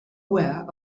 aware